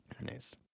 Nice